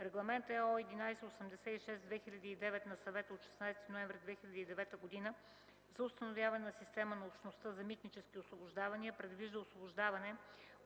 Регламент (ЕО) 1186/2009 на Съвета от 16 ноември 2009 г. за установяване на система на Общността за митнически освобождавания предвижда освобождаване